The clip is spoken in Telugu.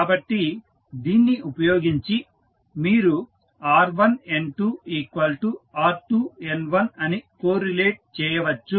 కాబట్టి దీన్ని ఉపయోగించి మీరు r1N2r2N1 అని కోరిలేట్ చేయవచ్చు